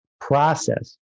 Process